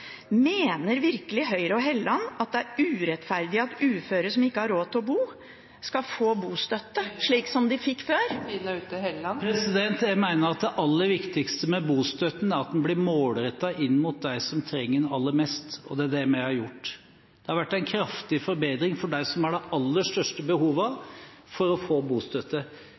Mener virkelig Høyre og Helleland at det er urettferdig at uføre som ikke har råd til å bo, skal få bostøtte, slik som de fikk før? Jeg mener at det aller viktigste med bostøtten er at den blir målrettet inn mot dem som trenger den aller mest, og det er det vi har gjort. Det har vært en kraftig forbedring for dem som har de aller største behovene for å få bostøtte.